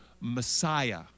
Messiah